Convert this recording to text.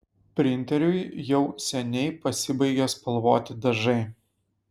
printeriui jau seniai pasibaigė spalvoti dažai